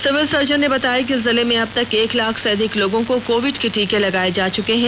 civil surgeon ने बताया ँकि जिले में अब तक एक लाख से अधिक लोगों को कोर्विड के टीके लगाए जा चुके हैं